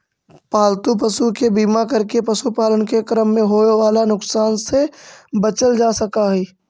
पालतू पशु के बीमा करके पशुपालन के क्रम में होवे वाला नुकसान से बचल जा सकऽ हई